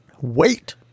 wait